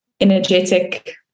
energetic